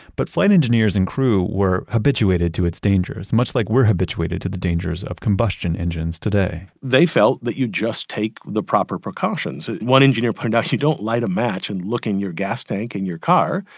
but flight engineers and crew were habituated to its dangers, much like we're habituated to the dangers of combustion engines today they felt that you just take the proper precautions. one engineer pointed out, you don't light a match and look in your gas tank in your car.